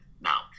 Now